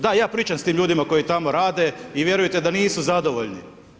Da, ja pričam s tim ljudima koji tamo rade i vjerujte da nisu zadovoljni.